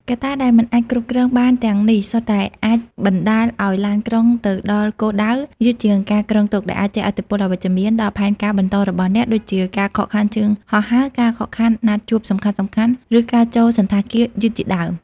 កត្តាដែលមិនអាចគ្រប់គ្រងបានទាំងនេះ សុទ្ធតែអាចបណ្តាលឱ្យឡានក្រុងទៅដល់គោលដៅ យឺតជាងការគ្រោងទុក ដែលអាចជះឥទ្ធិពលអវិជ្ជមានដល់ផែនការបន្តរបស់អ្នក ដូចជាការខកខានជើងហោះហើរ ការខកខានណាត់ជួបសំខាន់ៗ ឬការចូលសណ្ឋាគារយឺតជាដើម។